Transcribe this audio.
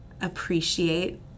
appreciate